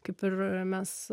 kaip ir mes